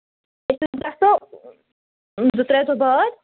أسۍ حظ گژھو زٕ ترٛےٚ دۄہ باد